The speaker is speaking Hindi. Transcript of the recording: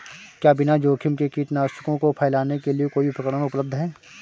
क्या बिना जोखिम के कीटनाशकों को फैलाने के लिए कोई उपकरण उपलब्ध है?